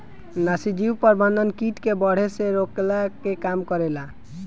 नाशीजीव प्रबंधन किट के बढ़े से रोकला के काम करेला